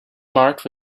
marked